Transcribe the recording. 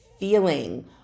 feeling